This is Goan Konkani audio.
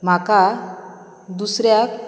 म्हाका दुसऱ्याक